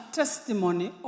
testimony